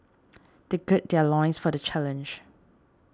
they gird their loins for the challenge